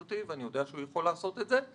אני יודע שהוא יכול לעשות את זה,